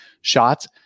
shots